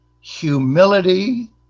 humility